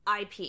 IP